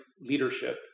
leadership